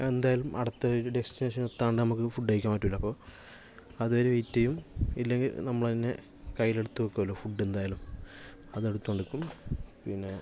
എന്തായാലും അടുത്ത ഒരു ഡെസ്റ്റിനേഷൻ എത്താതെ നമുക്ക് ഫുഡ് കഴിക്കാൻ പറ്റില്ല അപ്പോൾ അതുവരെ വെയ്റ്റ് ചെയ്യും ഇല്ലെങ്കിൽ നമ്മള് തന്നെ കയ്യിലെടുത്തു വയ്ക്കുവല്ലോ ഫുഡ് എന്തായാലും അതെടുത്ത് കൊണ്ട് പിന്നെ